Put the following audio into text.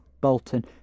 Bolton